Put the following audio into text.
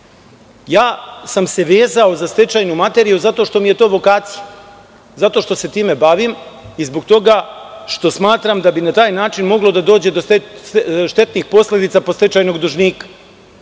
sam se za stečajnu materiju zato što mi je to vokacija, zato što se time bavim i zbog toga što smatram da bi na taj način moglo da dođe do štetnih posledica po stečajnog dužnika.